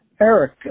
Eric